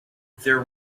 there